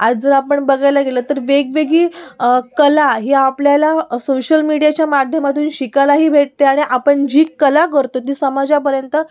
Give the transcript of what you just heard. आज जर आपण बघायला गेलं तर वेगवेगळी कला ही आपल्याला सोशल मिडियाच्या माध्यमातून शिकायलाही भेटते आणि आपण् जी कला करतो ती समाजापर्यंत